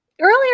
Earlier